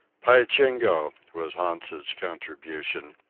py jingo! was hans's contribution.